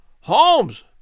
Holmes